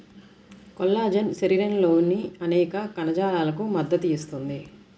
collagen శరీరంలోని అనేక కణజాలాలకు మద్దతు ఇస్తుంది